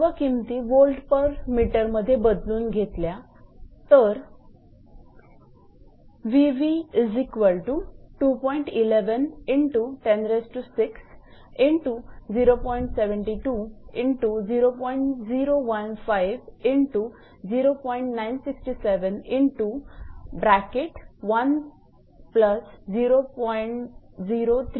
सर्व किमती volt per metre मध्ये बदलून घेतल्या तर 158